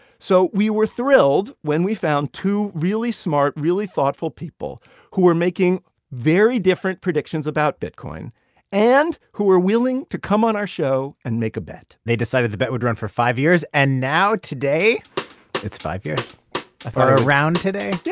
so we were thrilled when we found two really smart, really thoughtful people who were making very different predictions about bitcoin and who were willing to come on our show and make a bet they decided the bet would run for five years. and now today it's five years. or around today?